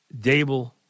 Dable